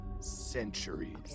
centuries